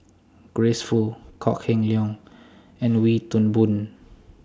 Grace Fu Kok Heng Leun and Wee Toon Boon